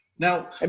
Now